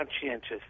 conscientious